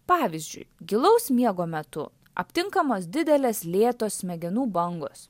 pavyzdžiui gilaus miego metu aptinkamos didelės lėtos smegenų bangos